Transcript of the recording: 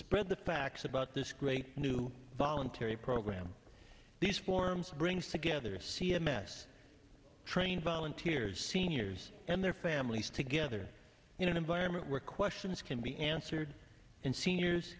spread the facts about this great new voluntary program these forms brings together c m s trained volunteers seniors and their families together in an environment where questions can be answered and seniors